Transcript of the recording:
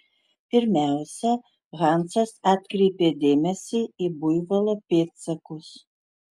pirmiausia hansas atkreipė dėmesį į buivolo pėdsakus